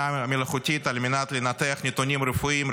מלאכותית על מנת לנתח נתונים רפואיים,